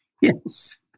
Yes